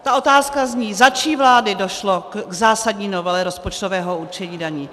Ta otázka zní: za čí vlády došlo k zásadní novele rozpočtového určení daní?